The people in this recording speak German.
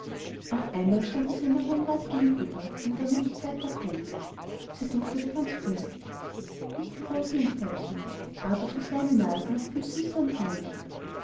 auf einmal aber standen sie einer hohen wand gegenüber an der man nicht mehr weiter konnte sie duftete ganz köstlich nicht wie rosen und veilchen aber für kleine nasen noch viel süßer und herrlicher